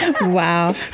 Wow